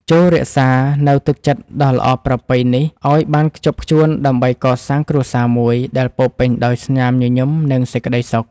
ចូររក្សានូវទឹកចិត្តដ៏ល្អប្រពៃនេះឱ្យបានខ្ជាប់ខ្ជួនដើម្បីកសាងគ្រួសារមួយដែលពោរពេញដោយស្នាមញញឹមនិងសេចក្តីសុខ។